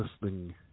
listening